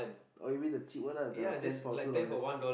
oh you mean the cheap one lah the ten for two dollars